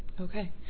okay